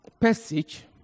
passage